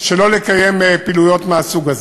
שלא לקיים פעילויות מהסוג הזה,